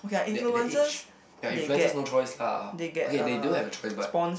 that that age ya if lenses no choice ah okay they don't have the choice but